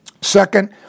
Second